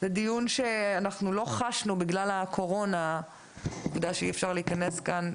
זה דיון שלא חשנו בגלל הקורונה והעובדה שאי אפשר להגיע לכאן,